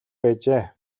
байжээ